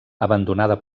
abandonada